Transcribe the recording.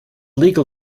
legal